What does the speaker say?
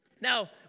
Now